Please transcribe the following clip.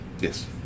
Yes